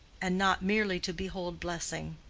and not merely to behold blessing.